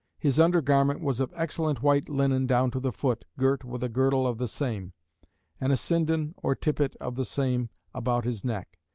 his under garment was of excellent white linen down to the foot, girt with a girdle of the same and a sindon or tippet of the same about his neck.